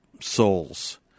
souls